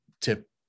tip